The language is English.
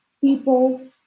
people